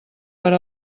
per